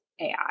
AI